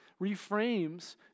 reframes